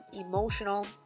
Emotional